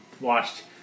watched